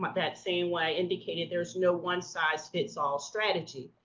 but that same way i indicated there's no one-size-fits-all strategy.